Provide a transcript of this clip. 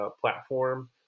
platform